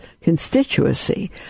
constituency